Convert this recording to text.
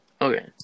Okay